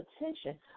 attention